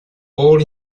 all